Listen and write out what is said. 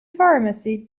pharmacy